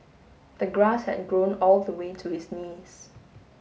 the grass had grown all the way to his knees